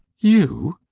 you!